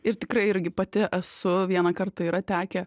ir tikrai irgi pati esu vieną kartą yra tekę